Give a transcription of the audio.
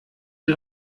die